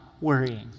worrying